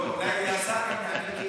אולי השר יעלה.